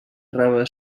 rave